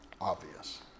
obvious